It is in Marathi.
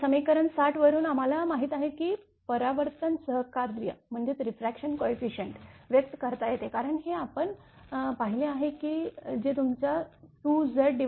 समीकरण ६० वरून आम्हाला माहीत आहे की परावर्तन सहकार्य व्यक्त करता येते कारण हे आपण पाहिले आहे जे तुमच्या 2ZZZc